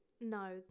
No